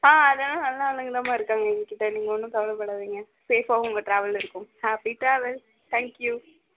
ஆ அதெல்லாம் நல்ல ஆளுகள் தான் இருக்காங்கம்மா எங்கள் கிட்டே நீங்கள் ஒன்றும் கவலைப்படாதீங்க சேஃப்பாகவும் உங்கள் ட்ராவல் இருக்கும் ஹாப்பி ட்ராவல் தேங்க் யூ